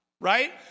right